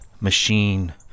machine